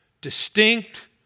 distinct